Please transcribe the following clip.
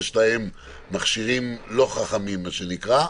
יש להם "מכשירים לא חכמים" מה שנקרא.